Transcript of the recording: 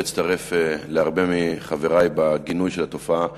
ואצטרף להרבה מחברי בגינוי של התופעה המכוערת,